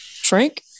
Frank